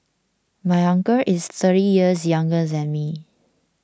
my uncle is thirty years younger than me